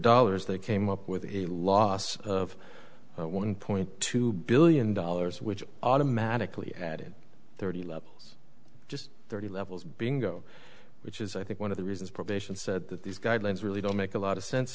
dollars they came up with a loss of one point two billion dollars which automatically added thirty levels just thirty levels being go which is i think one of the reasons probation said that these guidelines really don't make a lot of sense